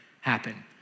happen